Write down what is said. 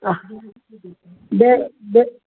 ॿिए ॿिए